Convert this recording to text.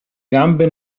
gambe